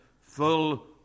full